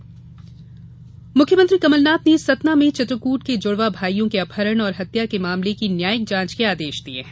मुख्यमंत्री न्याय मुख्यमंत्री कमलनाथ ने सतना में चित्रकूट के जुड़वा भाईयों के अपहरण और हत्या की मामले की न्यायिक जांच के आदेश दिये हैं